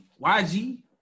YG